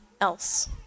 else